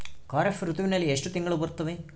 ಖಾರೇಫ್ ಋತುವಿನಲ್ಲಿ ಎಷ್ಟು ತಿಂಗಳು ಬರುತ್ತವೆ?